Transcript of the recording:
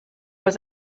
was